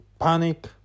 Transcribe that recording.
panic